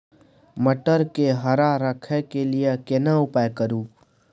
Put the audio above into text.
मटर के हरा रखय के लिए केना उपाय करू?